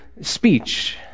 speech